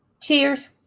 Cheers